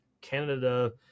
Canada